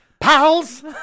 Pals